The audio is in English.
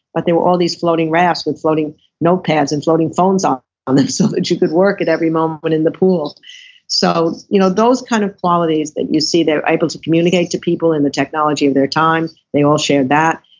but there were all these floating rafts, with floating notepads, and floating phones on on them so that you could work at every moment but in the pool so you know those kind of qualities that you see, they're able to communicate to people, and the technology of their time, they all shared that.